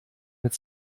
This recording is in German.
mit